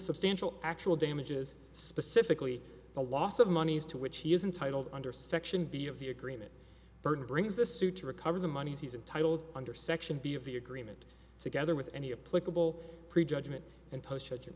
substantial actual damages specifically the loss of monies to which he isn't titled under section b of the agreement burton brings the suit to recover the monies he's entitled under section b of the agreement together with any a political prejudgment and post such an